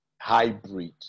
hybrid